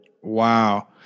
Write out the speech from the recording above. wow